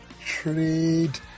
trade